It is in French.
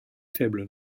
faible